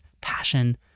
passion